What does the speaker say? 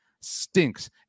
stinks